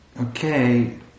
okay